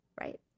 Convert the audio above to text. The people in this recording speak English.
right